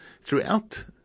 throughout